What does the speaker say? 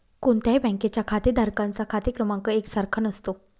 कोणत्याही बँकेच्या खातेधारकांचा खाते क्रमांक एक सारखा नसतो